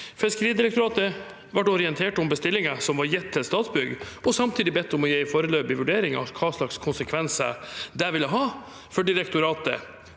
Fiskeridirektoratet ble orientert om bestillingen som var gitt til Statsbygg, og samtidig bedt om å gi en foreløpig vurdering av hvilke konsekvenser det ville ha for direktoratet